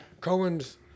Cohen's